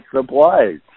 supplies